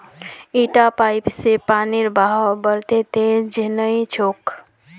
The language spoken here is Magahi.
इटा पाइप स पानीर बहाव वत्ते तेज नइ छोक